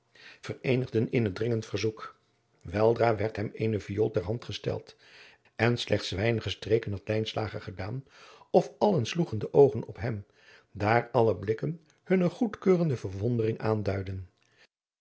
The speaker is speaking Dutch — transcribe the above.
vereenigden in het dringend aanzoek weldra werd hem eene viool ter hand gesteld en slechts weinige streken had lijnslager gedaan of allen sloegen de oogen op hem daar alle blikken hunne goedkeurende verwondering aanduidden